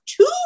two